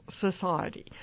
society